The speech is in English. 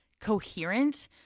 coherent